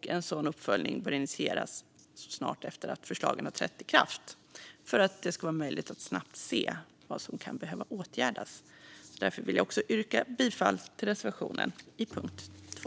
En sådan uppföljning bör initieras snart efter att förslagen har trätt i kraft för att det ska vara möjligt att snabbt se vad som kan behöva åtgärdas. Jag yrkar därför bifall till reservationen under punkt 2.